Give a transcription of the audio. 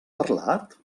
parlat